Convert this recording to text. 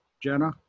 Jenna